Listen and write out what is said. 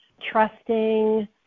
trusting